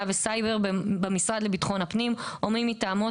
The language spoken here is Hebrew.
וסייבר במשרד לביטחון הפנים או מי מטעמו,